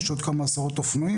יש עוד כמה עשרות אופנועים,